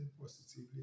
positively